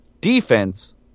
defense